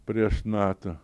prieš nato